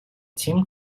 team